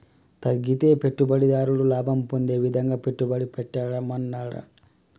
తగ్గితే పెట్టుబడిదారుడు లాభం పొందే విధంగా పెట్టుబడి పెట్టాడన్నమాట